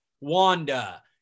Wanda